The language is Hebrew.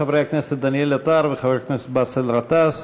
חבר הכנסת דניאל עטר וחבר הכנסת באסל גטאס.